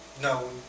No